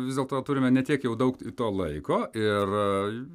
vis dėlto turime ne tiek jau daug to laiko ir